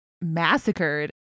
massacred